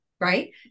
right